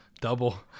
Double